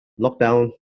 lockdown